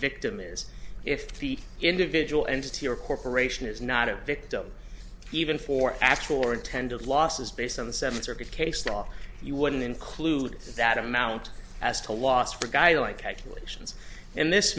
victim is if the individual entity or corporation is not a victim even for actual or intended losses based on the seventh circuit case law you wouldn't include that amount as to loss for a guy like calculations in this